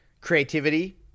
Creativity